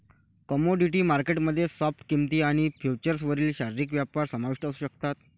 commodity market मध्ये spot किंमती आणि फ्युचर्सवरील शारीरिक व्यापार समाविष्ट असू शकतात